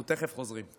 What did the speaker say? אנחנו תכף חוזרים.